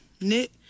Knit